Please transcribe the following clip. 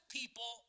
people